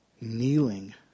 kneeling